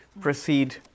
proceed